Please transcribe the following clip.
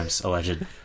Alleged